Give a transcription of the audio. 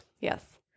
yes